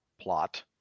plot